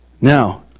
Now